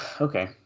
Okay